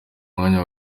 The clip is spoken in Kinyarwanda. mwanya